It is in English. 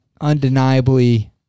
undeniably